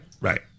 right